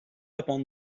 upon